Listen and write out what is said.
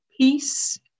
peace